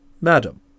Madam